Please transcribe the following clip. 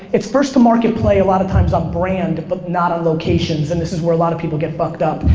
it's first to market play a lot of times on brand, but not on locations, and this is where a lot of people get fucked up,